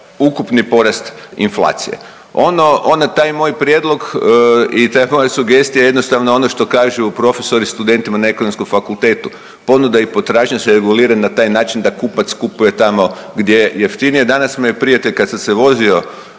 ukupni porast inflacije. Ono, onaj taj moj prijedlog i te moje sugestije je jednostavno ono što kažu profesori studentima na ekonomskom fakultetu, ponuda i potražnja su regulirani na taj način da kupac kupuje tamo gdje je jeftinije. Danas me je prijatelj kad sam se vozio